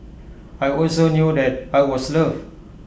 I also knew that I was loved